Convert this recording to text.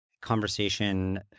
conversation